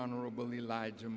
honorable elijah